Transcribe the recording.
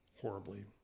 horribly